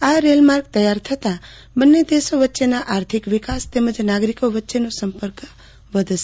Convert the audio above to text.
આ રેલ માર્ગ તૈયાર થતાં બંને દેશો વચ્ચેના આર્થિક વિકાસ તેમજ નાગરિકો વચ્ચેનો સંપર્ક વધશે